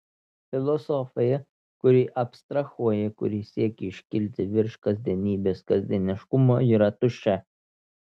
filosofija kuri abstrahuoja kuri siekia iškilti virš kasdienybės kasdieniškumo yra tuščia